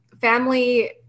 Family